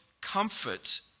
comfort